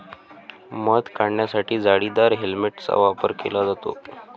मध काढण्यासाठी जाळीदार हेल्मेटचा वापर केला जातो